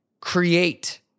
create